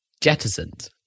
jettisoned